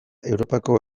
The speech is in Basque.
europako